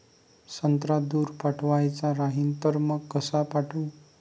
संत्रा दूर पाठवायचा राहिन तर मंग कस पाठवू?